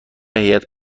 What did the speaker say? هیات